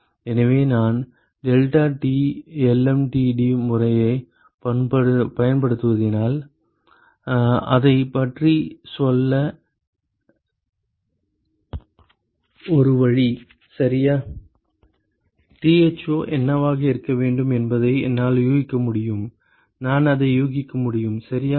எனவே நான் deltaT lmtd முறையைப் பயன்படுத்தினால் அதைப் பற்றிச் செல்ல ஒரு வழி சரியா Tho என்னவாக இருக்க வேண்டும் என்பதை என்னால் யூகிக்க முடியும் நான் அதை யூகிக்க முடியும் சரியா